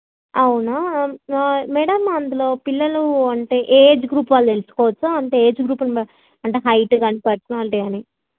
అవునా మేడం అందులో పిల్లలు అంటే ఏ ఏజ్ గ్రూప్ వాళ్ళు తెలుసుకోవచ్చా అంటే ఏజ్ గ్రూపును బ అంటే హైట్ కానీ పర్సనాలిటీ కానీ